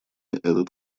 этот